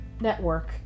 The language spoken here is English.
Network